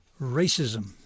racism